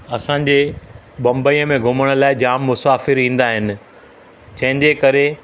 असांजे बंबई में घुमण लाइ जाम मुसाफ़िर ईंदा आहिनि जंहिंजे करे